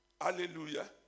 Hallelujah